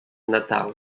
natal